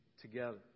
together